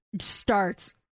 starts